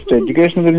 education